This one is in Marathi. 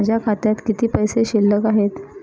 माझ्या खात्यात किती पैसे शिल्लक आहेत?